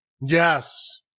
yes